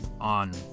on